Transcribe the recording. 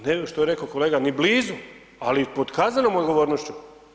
Ne, što je rekao kolega, ni blizu, ali pod kaznenom odgovornošću.